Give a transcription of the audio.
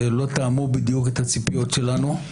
שלא תאמו בדיוק את הציפיות שלנו.